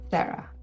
Sarah